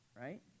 right